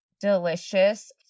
delicious